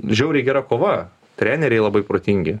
žiauriai gera kova treneriai labai protingi